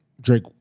Drake